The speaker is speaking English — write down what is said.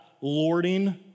lording